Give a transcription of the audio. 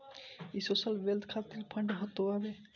इ social wealth खातिर fund होत हवे